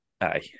Aye